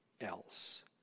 else